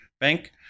bank